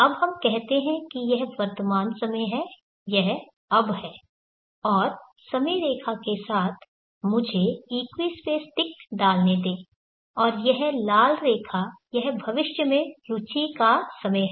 अब हम कहते हैं कि यह वर्तमान समय है यह अब है और समय रेखा के साथ मुझे इक्वी स्पेस टिक डालने दे और यह लाल रेखा यहां भविष्य में रुचि का समय है